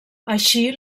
així